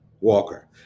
Walker